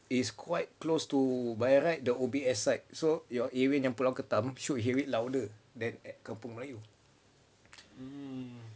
is quite close to by right the O_B_S side so your area pulau ketam should hear it louder than kampung melayu